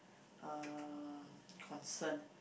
uh concern